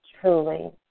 truly